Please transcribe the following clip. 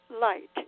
light